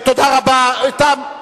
אולי אתה בעצמך תגיע למסקנה שזה לא,